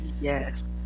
yes